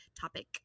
topic